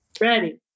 Ready